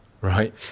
Right